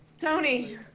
Tony